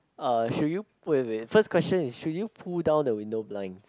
uh should you wait wait first question is should you pull down the window blinds